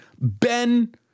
Ben